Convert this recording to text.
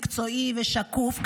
מקצועי ושקוף,